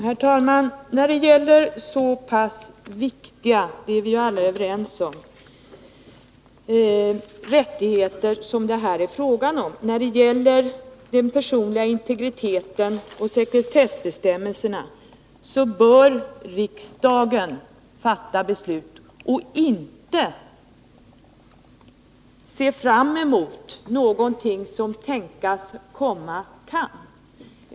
Herr talman! När det gäller så pass viktiga rättigheter — vi är alla överens om deras vikt — som det här är fråga om och när det gäller den personliga integriteten och sekretessbestämmelserna, så bör riksdagen fatta beslut och inte se fram emot någonting som tänkas komma kan.